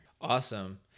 Awesome